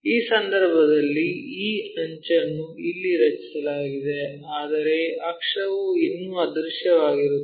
ಈ ಸಂದರ್ಭದಲ್ಲಿ ಈ ಅಂಚನ್ನು ಇಲ್ಲಿ ರಚಿಸಲಾಗಿದೆ ಆದರೆ ಅಕ್ಷವು ಇನ್ನೂ ಅದೃಶ್ಯವಾಗಿರುತ್ತದೆ